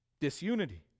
Disunity